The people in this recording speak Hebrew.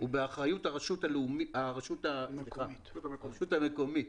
הוא באחריות הרשות המקומית.